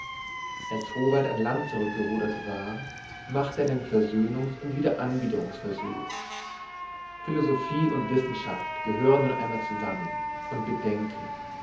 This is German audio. als howald an land zurück gerudert war machte er einen versöhnungs und wiederanbiederungsversuch philosophie und wissenschaft gehören nun ein mal zusammen und bedenke